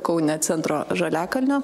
kaune centro žaliakalnio